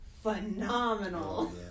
phenomenal